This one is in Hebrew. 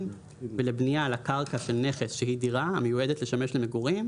ולבנייה על הקרקע של נכס שהוא דירה המיועדת לשמש למגורים,